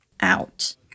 out